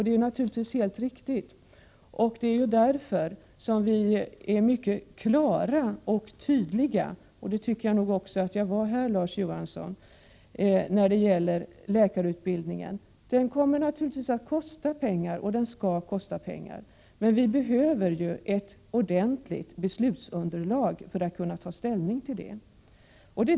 Det är därför som utskottsmajoriteten har uttryckt sig mycket klart och tydligt — det tycker jag att jag har gjort även här, Larz Johansson —i fråga om läkarutbildningen. Den kommer naturligtvis att kosta pengar, och den skall kosta pengar, men det krävs ett ordentligt beslutsunderlag för att man skall kunna ta ställning.